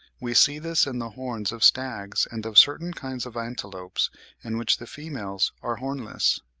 we see this in the horns of stags and of certain kinds of antelopes in which the females are hornless.